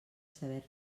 saber